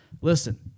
Listen